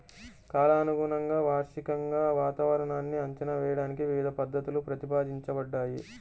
కాలానుగుణంగా, వార్షికంగా వాతావరణాన్ని అంచనా వేయడానికి వివిధ పద్ధతులు ప్రతిపాదించబడ్డాయి